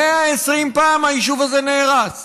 120 פעם היישוב הזה נהרס,